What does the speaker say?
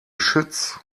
schütz